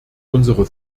unsere